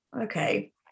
Okay